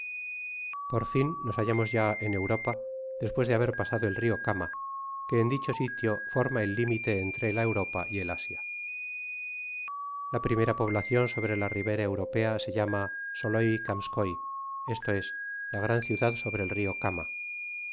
por fin nos hallamos ya en europa despues de haber pasado el rio kama que en dicho sitio forma el limite entre la europa y el asia la primera poblacion sobre la ribera europea se llamaba soloy kamskoy esto es la gran ciudad sobre el rio kama